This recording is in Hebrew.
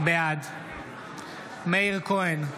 בעד מאיר כהן,